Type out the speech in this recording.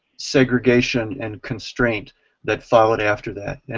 segregation and constraint that followed after that,